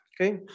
Okay